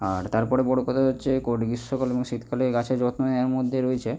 আর তার পরে বড় কথা হচ্ছে কোড গ্রীষ্মকালে এবং শীতকালে গাছের যত্ন নেওয়ার মধ্যে রয়েছে